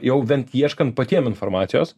jau bent ieškant patiem informacijos